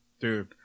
dude